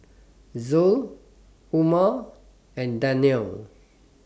Zul Umar and Danial